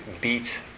beat